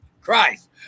Christ